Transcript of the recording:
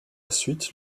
suite